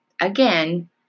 again